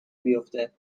بیفته